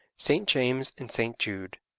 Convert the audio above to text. st. james and st. jude.